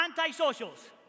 Anti-socials